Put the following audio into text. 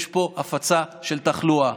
יש פה הפצה של תחלואה.